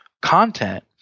content